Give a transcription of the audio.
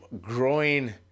growing